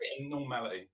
normality